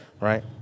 right